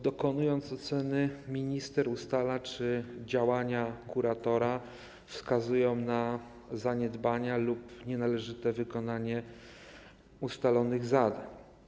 Dokonując oceny, minister ustala, czy działania kuratora wskazują na zaniedbania lub nienależyte wykonanie ustalonych zadań.